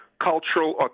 cultural